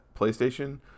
PlayStation